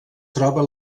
troba